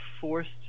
forced